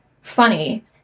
funny